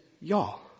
Y'all